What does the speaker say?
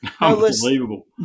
Unbelievable